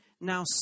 now